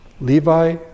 Levi